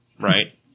Right